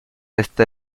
esta